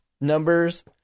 numbers